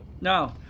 no